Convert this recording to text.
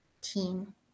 team